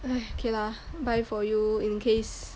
okay lah buy for you in case